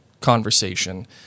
conversation